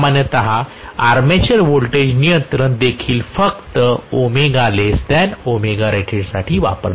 म्हणून सामान्यत armature voltage नियंत्रण देखील फक्त साठी